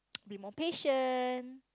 be more patient